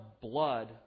blood